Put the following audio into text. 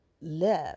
live